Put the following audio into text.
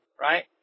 Right